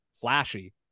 flashy